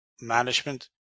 management